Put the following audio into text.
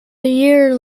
year